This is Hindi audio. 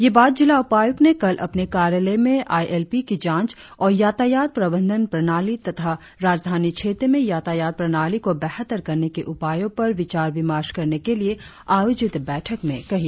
ये बात जिला उपायुक्त ने कल अपने कार्यालय में आई एल पी की जांच और यातायात प्रबंधन प्रणाली तथा राजधानी क्षेत्र में यातायात प्रणाली को बेहतर करने के उपायों पर विचार विमर्श करने के लिए आयोजित बैठक में कही